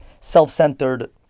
self-centered